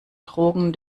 drogen